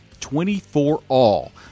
24-all